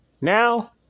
Now